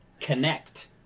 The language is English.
connect